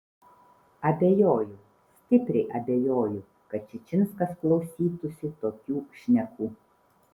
abejoju stipriai abejoju kad čičinskas klausytųsi tokių šnekų